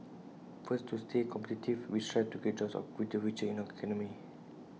first to stay competitive we strive to create jobs of good future in our economy